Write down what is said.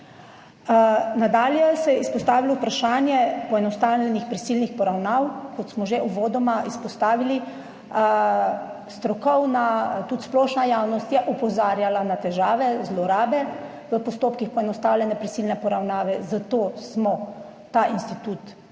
Nadalje se je izpostavilo vprašanje poenostavljenih prisilnih poravnav. Kot smo že uvodoma izpostavili, strokovna, tudi splošna javnost je opozarjala na težave, zlorabe v postopkih poenostavljene prisilne poravnave, zato smo ta institut